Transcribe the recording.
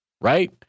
Right